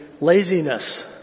laziness